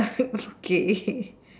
okay